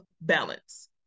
balance